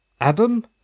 Adam